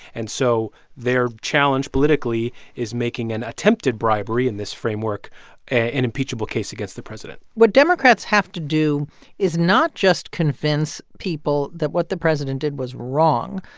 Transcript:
and so their challenge politically is making an attempt at bribery in this framework an impeachable case against the president what democrats have to do is not just convince people that what the president did was wrong.